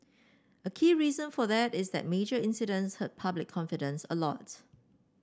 a key reason for that is that major incidents hurt public confidence a lot